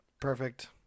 Perfect